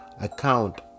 account